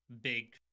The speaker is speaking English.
big